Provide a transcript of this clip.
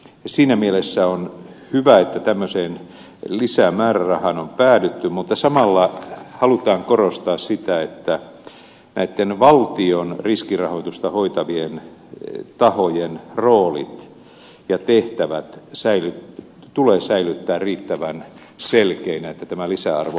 siinä mielessä on hyvä että tämmöiseen lisämäärärahaan on päädytty mutta samalla halutaan korostaa sitä että näitten valtion riskirahoitusta hoitavien tahojen roolit ja tehtävät tulee säilyttää riittävän selkeinä että tämä lisäarvo varmistetaan